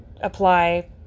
apply